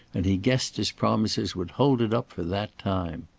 and he guessed his promises would hold it up for that time.